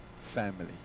family